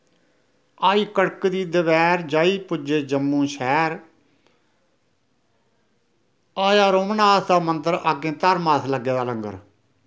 आई कड़कदी दपैह्र जाई पुज्जे जम्मू शैह्र आया रघुनाथ दा मन्दर अग्गें धर्मार्थ लग्गे दा लंग्गर